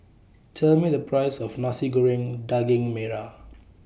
Tell Me The Price of Nasi Goreng Daging Merah